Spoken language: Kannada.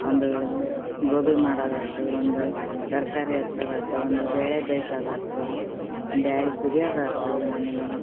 ಒಂದು ಗೋಬಿ ಮಾಡೋದಾತು ಒಂದು ತರಕಾರಿ ಹೆಚ್ಚದಾತು ಒಂದು ಬೇಳೆ ಬೇಯ್ಸದಾತು ಬ್ಯಾಳೆ ಕುದಿಯೋದಾತು ಆಮೇಲೆ